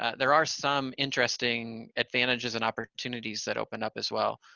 there are some interesting advantages and opportunities that open up as well,